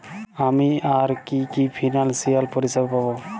আমি আর কি কি ফিনান্সসিয়াল পরিষেবা পাব?